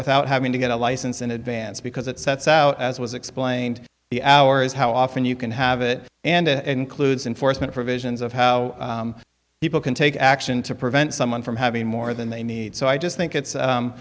without having to get a license in advance because it sets out as was explained the hours how often you can have it and it includes enforcement provisions of how people can take action to prevent someone from having more than they need so i just think it's